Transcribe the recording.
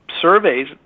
surveys